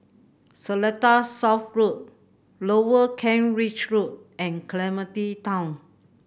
Seletar South Road Lower Kent Ridge Road and Clementi Town